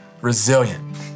Resilient